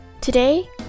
Today